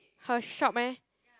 her shop meh